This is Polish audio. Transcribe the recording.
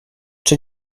czy